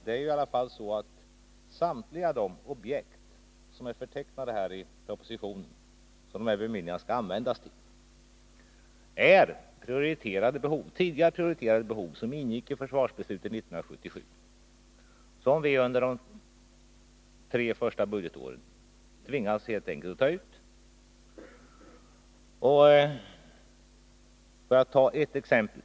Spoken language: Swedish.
Det är i alla fall så att samtliga de objekt som är förtecknade i propositionen och som de här bemyndigandena skall användas till är tidigare prioriterade behov som ingick i försvarsbeslutet 1977 men som vi under de tre första budgetåren helt enkelt tvingades ta ut. Låt mig ta ett exempel.